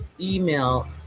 email